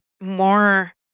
more